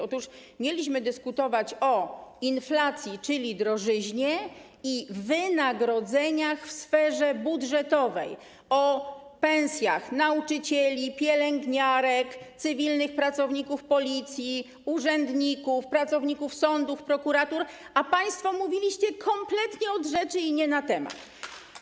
Otóż mieliśmy dyskutować o inflacji, czyli drożyźnie, i wynagrodzeniach w sferze budżetowej, o pensjach nauczycieli, pielęgniarek, cywilnych pracowników Policji, urzędników, pracowników sądów, prokuratur, a państwo mówiliście kompletnie od rzeczy i nie na temat.